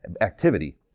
activity